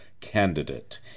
candidate